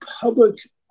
public